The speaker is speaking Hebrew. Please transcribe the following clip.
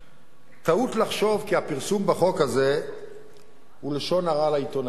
טעות לחשוב שהפרסום בחוק הזה הוא לשון הרע לעיתונאים.